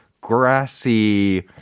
grassy